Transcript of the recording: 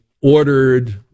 ordered